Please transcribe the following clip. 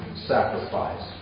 sacrifice